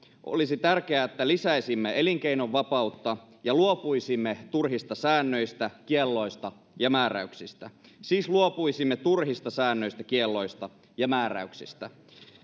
olisi tärkeää että lisäisimme elinkeinovapautta ja luopuisimme turhista säännöistä kielloista ja määräyksistä siis luopuisimme turhista säännöistä kielloista ja määräyksistä